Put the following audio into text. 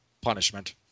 punishment